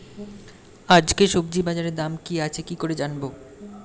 আজকে সবজি বাজারে দাম কি আছে কি করে জানবো?